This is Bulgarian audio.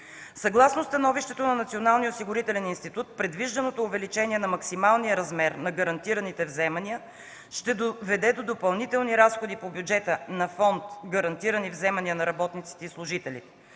Съгласно становището на Националния осигурителен институт предвижданото увеличение на максималния размер на гарантираните вземания ще доведе до допълнителни разходи по бюджета на фонд „Гарантирани вземания на работниците и служителите”.